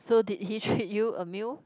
so did he treat you a meal